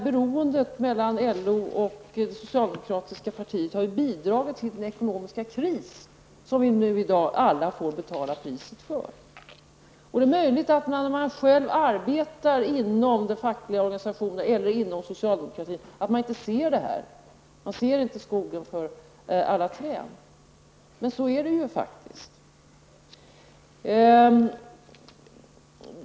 Beroendet mellan LO och det socialdemokratiska partiet har bidragit till den ekonomiska kris som vi nu alla får betala priset för. Det är möjligt att man, om man själv arbetar inom den fackliga organisationen eller inom socialdemokratin, inte ser detta. Man ser inte skogen för alla träd. Men så är det faktiskt.